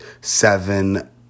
seven